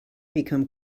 become